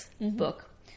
book